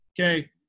Okay